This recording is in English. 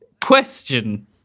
question